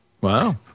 Wow